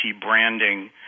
branding